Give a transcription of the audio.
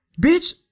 bitch